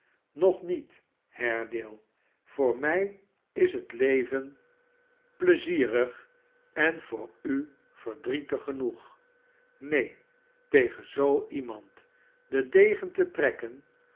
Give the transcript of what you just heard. nog niet haredale voor mij is het leven barnaby rudge pleizierig en voor u verdrietig genoeg neen tegen zoo iemand den degen te trekken